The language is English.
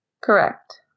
Correct